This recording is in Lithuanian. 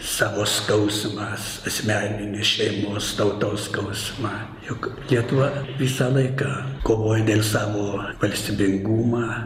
savo skausmą as asmeninį šeimos tautos skausmą juk lietuva visą laiką kovojo dėl savo valstybingumą